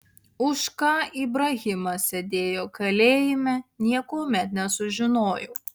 už ką ibrahimas sėdėjo kalėjime niekuomet nesužinojau